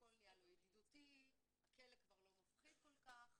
הכול נהיה לו ידידותי, הכלא כבר לא מפחיד כל כך.